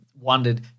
wondered